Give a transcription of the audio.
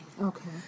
Okay